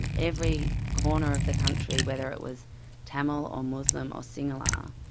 and every corner of the country, whether it was tamil or muslim or sinhala,